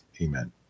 Amen